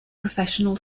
professional